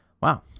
wow